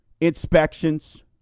inspections